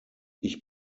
ich